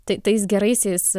tai tais geraisiais